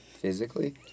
physically